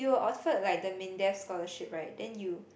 were offered like the Mindef scholarship right then you